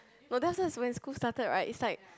no that's that's when school started right it's like